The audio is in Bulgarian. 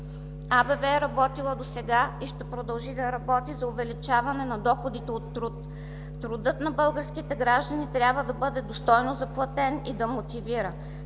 АБВ е работила досега и ще продължи да работи за увеличаване на доходите от труд. Трудът на българските граждани трябва да бъде достойно заплатен и да мотивира.